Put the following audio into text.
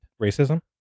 racism